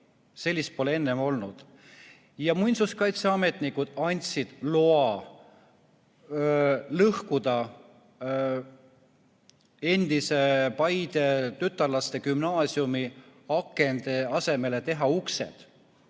Sellist pole enne olnud. Ja muinsuskaitseametnikud andsid loa lõhkuda, teha endise Paide tütarlastegümnaasiumi akende asemele uksed.